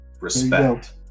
Respect